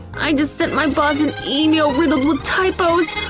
i just sent my boss an email riddled with typos!